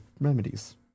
remedies